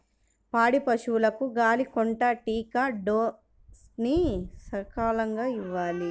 పాడి పశువులకు గాలికొంటా టీకా డోస్ ని సకాలంలో ఇవ్వాలి